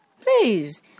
please